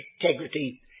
integrity